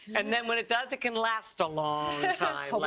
and when when it does, it can last a long